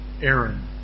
Aaron